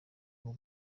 uba